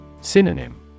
Synonym